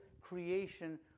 creation